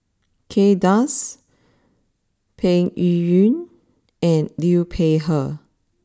Kay Das Peng Yuyun and Liu Peihe